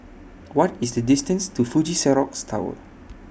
What IS The distance to Fuji Xerox Tower